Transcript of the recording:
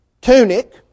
tunic